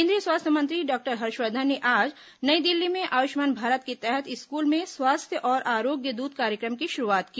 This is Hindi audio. केंद्रीय स्वास्थ्य मंत्री डॉक्टर हर्षवर्धन ने आज नई दिल्ली में आयुष्मान भारत के तहत स्कूल में स्वास्थ्य और आरोग्य दूत कार्यक्रम की शुरूआत की